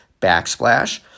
backsplash